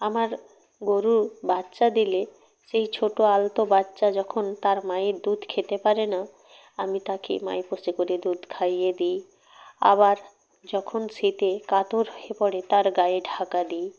আমার গোরু বাচ্চা দিলে সেই ছোটো আলতো বাচ্চা যখন তার মায়ের দুধ খেতে পারে না আমি তাকে মাইপোষে করে দুধ খাইয়ে দিই আবার যখন শীতে কাতর হয়ে পড়ে তার গায়ে ঢাকা দিই